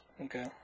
Okay